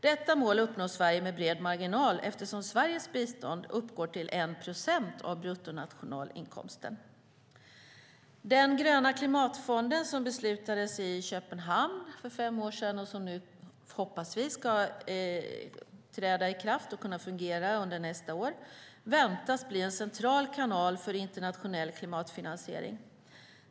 Detta mål uppnår Sverige med bred marginal, eftersom Sveriges bistånd uppgår till 1 procent av bruttonationalinkomsten. Den gröna klimatfonden, som beslutades i Köpenhamn för fem år sedan och som vi hoppas ska träda i kraft och kunna fungera under nästa år, väntas bli en central kanal för internationell klimatfinansiering.